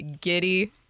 giddy